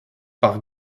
par